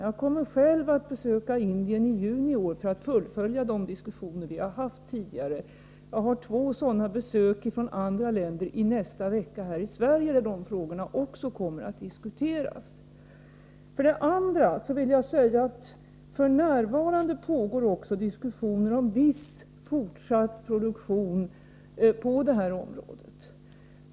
Jag kommer själv att besöka Indien i juni i år för att fullfölja de diskussioner vi har haft tidigare. Jag har två besök här i Sverige från andra länder i nästa vecka, där de här frågorna kommer att diskuteras. För det andra pågår f.n. diskussioner om viss fortsatt produktion på det här området.